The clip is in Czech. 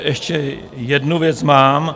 Ještě jednu věc mám.